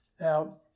Now